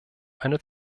eine